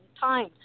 time